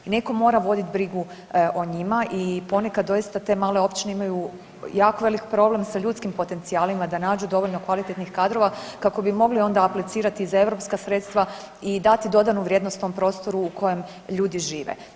Netko mora vodit brigu o njima i ponekad doista te male općine imaju jako velik problem sa ljudskim potencijalima da nađu dovoljno kvalitetnih kadrova kako bi onda mogli aplicirati i za europska sredstva i dati dodanu vrijednost tom prostoru u kojem ljudi žive.